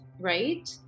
right